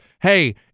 hey